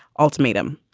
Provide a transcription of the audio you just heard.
ultimatum.